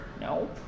no